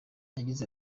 yagize